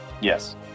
Yes